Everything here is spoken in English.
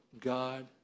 God